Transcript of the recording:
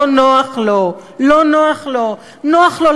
לא נוח לו, לא נוח לו.